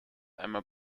einmal